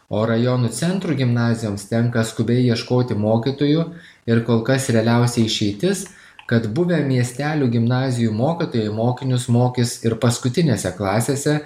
o rajonų centrų gimnazijoms tenka skubiai ieškoti mokytojų ir kol kas realiausia išeitis kad buvę miestelių gimnazijų mokytojai mokinius mokys ir paskutinėse klasėse